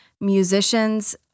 musicians